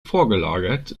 vorgelagert